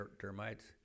termites